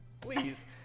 Please